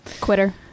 Quitter